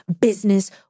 business